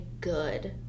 good